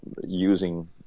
using